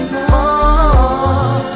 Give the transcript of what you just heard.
more